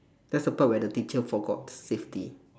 that's the part where the teacher forgot safety